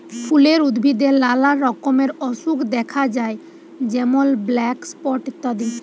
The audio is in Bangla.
ফুলের উদ্ভিদে লালা রকমের অসুখ দ্যাখা যায় যেমল ব্ল্যাক স্পট ইত্যাদি